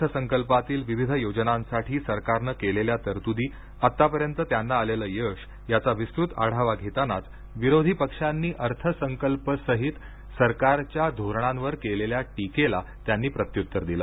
अर्थसंकल्पातील विविध योजनांसाठी सरकारनं केलेल्या तरतुदी आतापर्यंत त्यांना आलेलं यश याचा विस्तृत आढावा घेतानाच विरोधी पक्षांनी अर्थसंकल्पसहित सरकारच्या धोरणांवर केलेल्या टीकेला त्यांनी प्रत्युत्तर दिलं